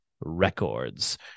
Records